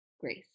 grace